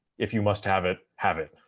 if you must have it, have it.